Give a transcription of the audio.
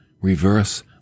reverse